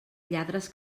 lladres